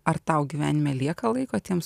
ar tau gyvenime lieka laiko tiems